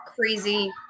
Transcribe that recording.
Crazy